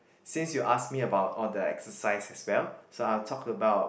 since you ask me about all the exercise as well so I will talk about